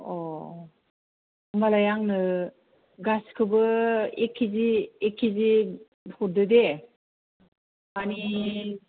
अ होमबालाय आंनो गासिखौबो एक केजि एक केजि हरदोदे मानि